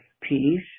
peace